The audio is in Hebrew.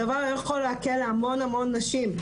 הדבר היה יכול להקל על המון המון נשים,